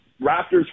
Raptors